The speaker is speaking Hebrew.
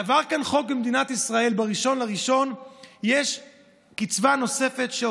עבר כאן חוק במדינת ישראל: ב-1 בינואר יש קצבה נוספת,